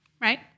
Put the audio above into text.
Right